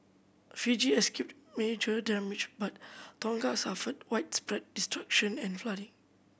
Fiji escaped major damage but Tonga suffered widespread destruction and flooding